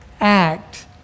act